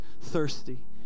thirsty